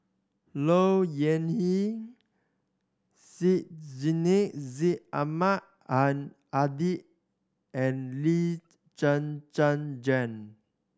Low Yen Ling Syed Sheikh Syed Ahmad Al Hadi and Lee Zhen Zhen Jane